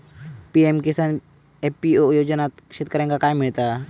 PM Kisan FPO योजनाच्यात शेतकऱ्यांका काय मिळता?